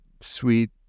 sweet